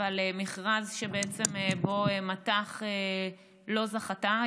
מכרז שבו בעצם מט"ח לא זכתה.